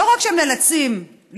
לא רק שהם נאלצים להתמודד